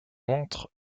ventre